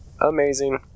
amazing